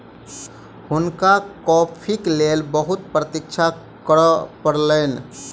हुनका कॉफ़ीक लेल बहुत प्रतीक्षा करअ पड़लैन